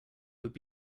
would